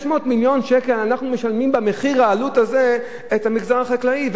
500 מיליון שקל אנחנו משלמים במחיר העלות הזה למגזר החקלאי.